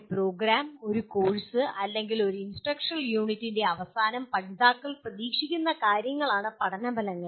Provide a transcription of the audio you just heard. ഒരു പ്രോഗ്രാം ഒരു കോഴ്സ് അല്ലെങ്കിൽ ഒരു ഇൻസ്ട്രക്ഷണൽ യൂണിറ്റിന്റെ അവസാനം പഠിതാക്കൾ പ്രതീക്ഷിക്കുന്ന കാര്യങ്ങളാണ് പഠന ഫലങ്ങൾ